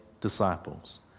disciples